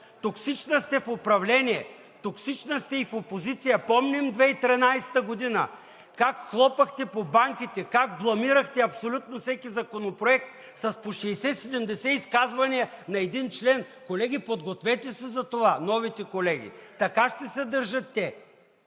Токсична сте в управление, токсична сте и в опозиция! Помним 2013 г. как хлопахте по банките, как бламирахте абсолютно всеки законопроект с по 60 – 70 изказвания на един член. Колеги, подгответе се за това – новите колеги, така ще се държат те.